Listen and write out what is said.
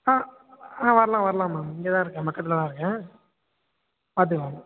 ஆ ஆ வரலாம் வரலாம்மா மேம் இங்க தான் இருக்கேன் பக்கத்துல தான் இருக்கேன் பார்த்துக்கலாம் மேம்